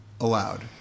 allowed